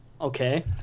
Okay